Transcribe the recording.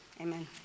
Amen